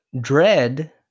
Dread